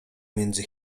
między